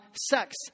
sex